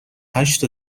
هشت